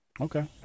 Okay